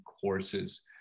courses